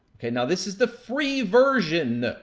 now, this is the free version.